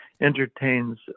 entertains